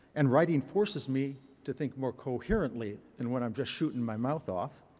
and writing forces me to think more coherently than when i'm just shooting my mouth off.